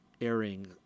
airing